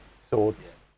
Swords